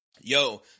yo